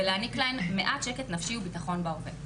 ולהעניק להן מעט שקט וביטחון בהווה.